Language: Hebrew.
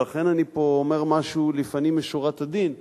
ולכן אני פה אומר משהו לפנים משורת הדין,